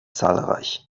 zahlreich